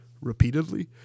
repeatedly